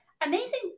amazing